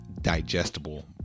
digestible